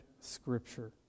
Scripture